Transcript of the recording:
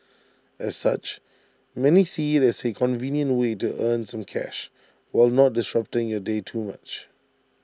as such many see IT as A convenient way to earn some cash while not disrupting your day too much